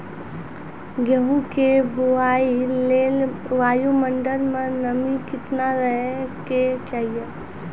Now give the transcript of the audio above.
गेहूँ के बुआई लेल वायु मंडल मे नमी केतना रहे के चाहि?